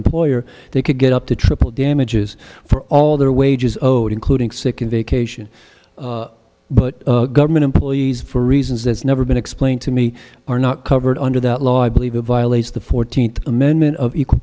employer they could get up to triple damages for all their wages owed including sick in vacation but government employees for reasons that's never been explained to me are not covered under the law i believe it violates the fourteenth amendment of equal